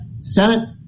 Senate